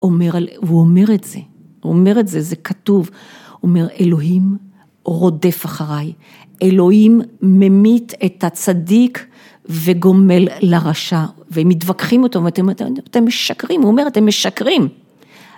הוא אומר את זה, הוא אומר את זה, זה כתוב, הוא אומר אלוהים רודף אחריי, אלוהים ממית את הצדיק וגומל לרשע, והם מתווכחים אותו ואומרים, אתם משקרים, הוא אומר אתם משקרים.